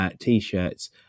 T-shirts